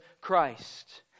Christ